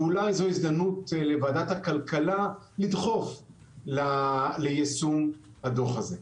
ואולי זו הזדמנות לוועדת הכלכלה לדחוף ליישום הדוח הזה.